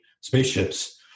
spaceships